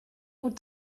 what